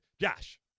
Josh